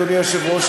אדוני היושב-ראש,